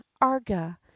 arga